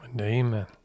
Amen